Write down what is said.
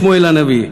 בשמואל-הנביא.